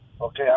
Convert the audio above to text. Okay